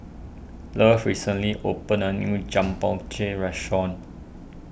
Love recently opened a new restaurant